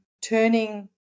turning